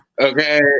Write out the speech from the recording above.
Okay